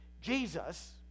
Jesus